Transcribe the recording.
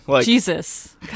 jesus